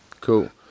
cool